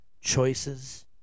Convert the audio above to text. Choices